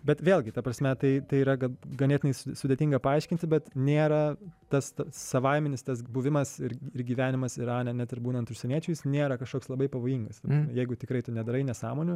bet vėlgi ta prasme tai tai yra ganėtinai sudėtinga paaiškinti bet nėra tas savaiminis tas buvimas ir gyvenimas irane net ir būnant užsieniečiui jis nėra kažkoks labai pavojingas jeigu tikrai tu nedarai nesąmonių